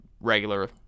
regular